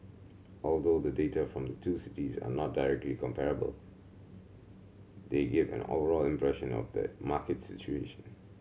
although the data from the two cities are not directly comparable they give an overall impression of the market situation